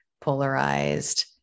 polarized